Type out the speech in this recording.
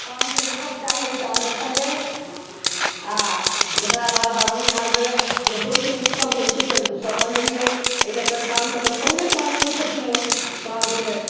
चाँद के देखऽ के चाहिये चाँद देखलियै आ देखला के बाद पाबनि तिहार भेलयै जे होइ छै उत्सव होइ छै से उत्सव मनेलियै एहि लऽ के चाँद तऽ लोग चाँद तऽ पहिले साँझ उगै छथिन ओ चाँद के